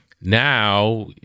Now